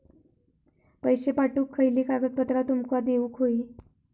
पैशे पाठवुक खयली कागदपत्रा तुमका देऊक व्हयी?